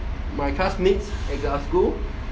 my classmates at glasgow